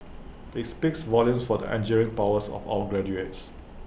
IT speaks volumes for the engineering prowess of our graduates